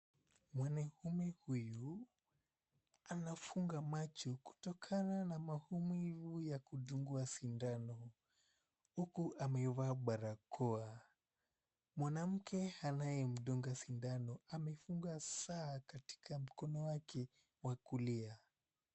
Mwanamume huyu anafunga macho kutokana na maumivu ya kudungwa sindano. Huku amevaa barakoa. Mwanamke anayemdunga sindano amefunga saa katika mkono wake wa kulia.